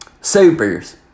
Supers